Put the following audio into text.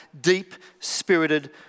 deep-spirited